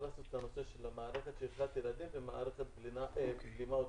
הכנסנו את מערכת שכחת ילדים ומערכת בלימה אוטונומית.